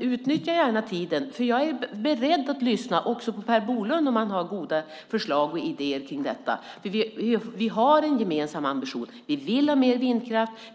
Utnyttja gärna tiden! Jag är beredd att lyssna också på Per Bolund om han har goda förslag och idéer om detta. Vi har en gemensam ambition. Vi vill ha mer vindkraft.